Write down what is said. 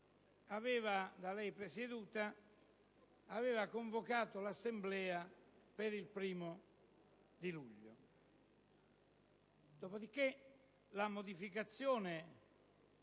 da lei presieduta aveva convocato l'Assemblea per il 1° luglio. Dopodiché, la modificazione